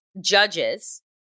judges